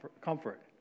comfort